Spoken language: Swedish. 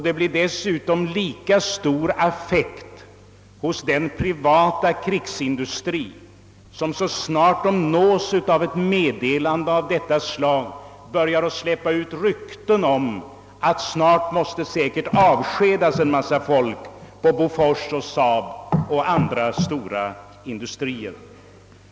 Det blir dessutom lika stor affekt hos den privata krigsindustrien, som så fort den nås av ett meddelande av detta slag börjar släppa ut rykten om att en mängd folk säkert snart måste avskedas vid Bofors och SAAB och andra stora industrier.